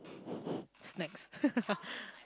snacks